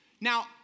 now